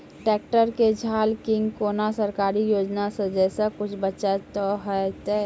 Tractor के झाल किंग कोनो सरकारी योजना छ जैसा कुछ बचा तो है ते?